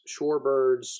shorebirds